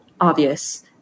obvious